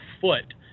foot